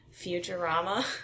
Futurama